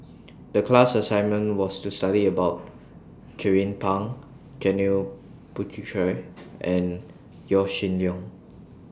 The class assignment was to study about Jernnine Pang Janil Puthucheary and Yaw Shin Leong